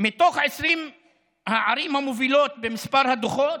מתוך 20 הערים המובילות במספר הדוחות,